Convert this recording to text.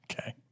Okay